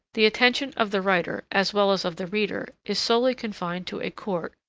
the attention of the writer, as well as of the reader, is solely confined to a court,